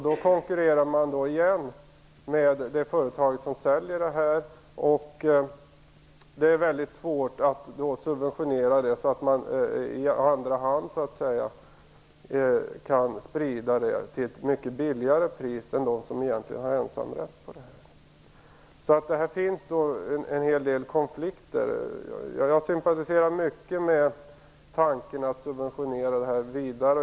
Då konkurrerar man igen med det företag som säljer detta, och det är väldigt svårt att subventionera det så att man i andra hand kan sprida det till ett mycket lägre pris än de kan som egentligen har ensamrätten. Det finns alltså en hel del konflikter. Jag sympatiserar mycket med tanken att subventionera det här vidare.